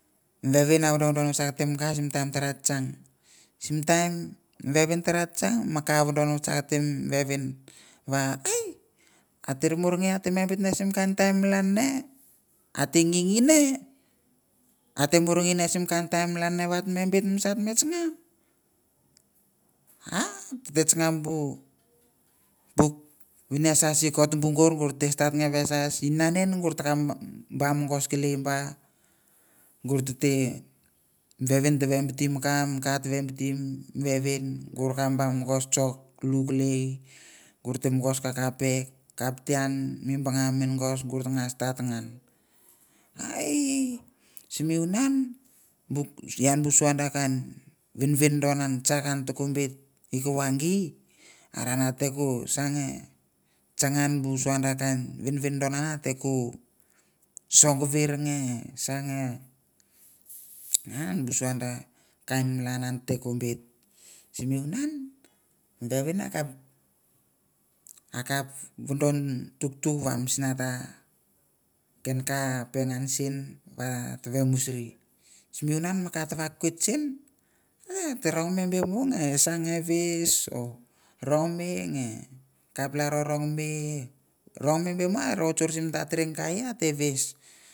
Vevin a vododon vatsakte mi ka sim taim tara tsang sim taim mi vevin tara tsang mi ka a vodon vatsakte mi vevin, va ai ate ra morangei ate me bet sim kain taim malan ne, ate ngingi ne, ate morngei sim kain taim malan ne va te me bet misa vat me tsanga. A tete tsanga bu puk vinesas i kotubu gor, gor te stat nge vesas, inanen gor ta kap ba mogos kelei ba, gor tete vevin teve biti mi ka, mi ka te ve biti mi vevin, go kap ba mogos tsokiu kelei, gor te mogos kakapek kapte ian mi banga mengos gor ta ta ga stat ngan ai simi vunan bu ian bu sua da kain venvendon an tsak an toko bet i kova gei, are a te ko sa nge tsanga bu sua da kain venvendon an ate ko songover nge sa nge. A sua da kain malan an te ko bet, sivunan mi vevin a kap, akap vodon tuktuk va misna ta ken ka a pengan sen va ta vemusri. Simi vunan va mi ka ta vakoit sen, he ta rongme be mo nge sa nge ves o rongme nge kap lalro rongme, rongme be mo a routsor sim tatarang kaie ae ves.